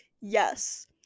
Yes